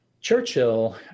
Churchill